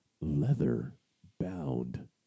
leather-bound